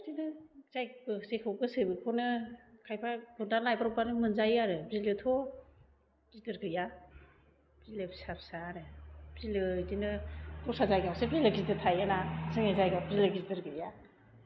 बिदिनो जायखौ जेखौ गोसो बेखौनो खायफा गुरना लायब्रबबानो मोनजायो आरो बिलोथ' गिदिर गैया बिलो फिसा फिसा आरो बिलो बिदिनो दस्रा जायगायावसो बिलो गिदिर थायोना जोंनि जायगायाव बिलो गिदिर गैया